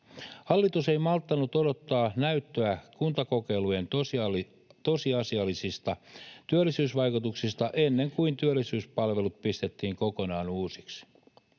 Hallitus ei malttanut odottaa näyttöä kuntakokeilujen tosiasiallisista työllisyysvaikutuksista ennen kuin työllisyyspalvelut pistettiin kokonaan uusiksi.